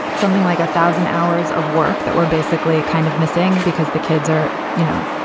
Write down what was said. but something like a thousand hours of work that we're basically kind of missing because the kids are, you know,